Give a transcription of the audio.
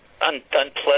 unpleasant